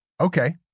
Okay